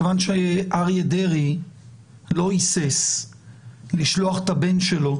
מכיוון שאריה דרעי לא היסס לשלוח את הבן שלו